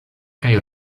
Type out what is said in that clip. kaj